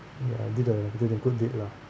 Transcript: ya I did a did a good deed lah